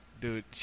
Dude